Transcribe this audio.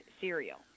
Cereal